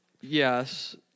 Yes